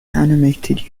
animated